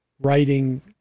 writing